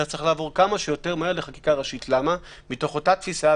אתה צריך לעבור כמה שיותר מהר לחקיקה ראשית מתוך אותה תפיסה,